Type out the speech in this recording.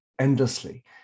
endlessly